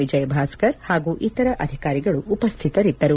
ವಿಜಯಭಾಸ್ಕರ್ ಹಾಗೂ ಇತರ ಅಧಿಕಾರಿಗಳು ಉಪಸ್ಹಿತರಿದ್ದರು